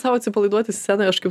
sau atsipalaiduoti scenoje aš kaip